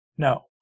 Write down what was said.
No